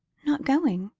not going?